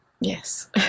Yes